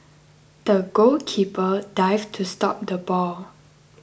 the goalkeeper dived to stop the ball